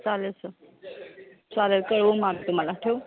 चालेल सर चालेल कळवू मग आम्ही तुम्हाला ठेवू